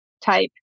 type